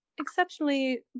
exceptionally